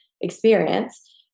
experience